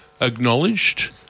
acknowledged